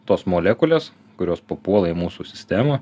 tos molekulės kurios papuola į mūsų sistemą